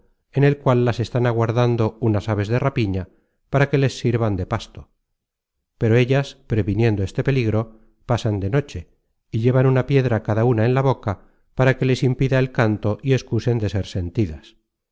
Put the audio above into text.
en el cual las están aguardando unas aves de rapiña para que les sirvan de pasto pero ellas previniendo este peligro pasan de noche y llevan una piedra cada una en la boca para que les impida el canto y excusen de ser sentidas